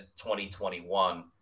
2021